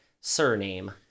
surname